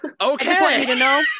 Okay